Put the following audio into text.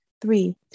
Three